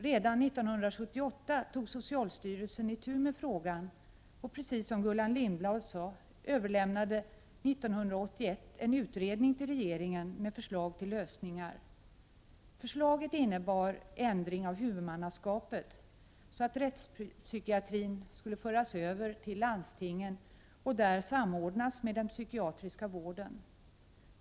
Redan 1978 tog socialstyrelsen itu med frågan och överlämnade 1981, precis som Gullan Lindblad sade, en utredning till regeringen med förslag till lösningar. Förslagen innebar ändring av huvudmannaskapet så att rättspsykiatrin skulle föras över till landstingen och där samordnas med den psykiatriska vården.